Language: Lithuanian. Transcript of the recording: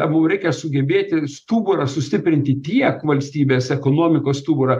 mum reikia sugebėti stuburą sustiprinti tiek valstybės ekonomikos stuburą